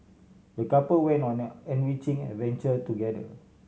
the couple went on an enriching adventure together